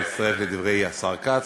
אני מצטרף לדברי השר כץ.